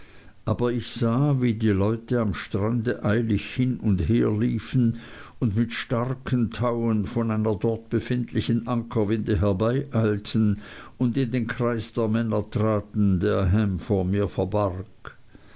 aber ich sah wie die leute am strande eilig hin und her liefen und mit starken tauen von einer dort befindlichen ankerwinde herbeieilten und in den kreis der männer traten der ham vor mir